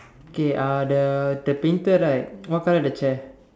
okay uh the the painter right what colour is the chair